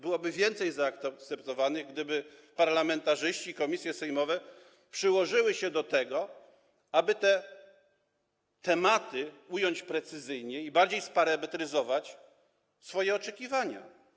Byłoby więcej zaakceptowanych, gdyby parlamentarzyści i komisje sejmowe przyłożyli się do tego, aby te tematy ująć precyzyjniej i bardziej sparametryzować swoje oczekiwania.